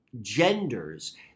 genders